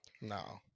No